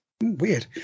Weird